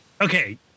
Okay